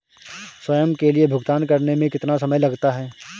स्वयं के लिए भुगतान करने में कितना समय लगता है?